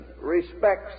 respects